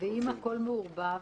ואם הכל מעורבב?